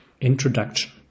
Introduction